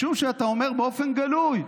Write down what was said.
משום שאתה אומר באופן גלוי: